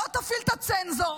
לא תפעיל את הצנזור,